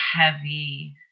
heavy